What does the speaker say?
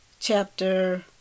chapter